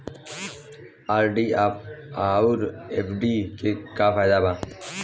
RD आउर FD के का फायदा बा?